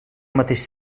mateix